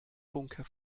bunker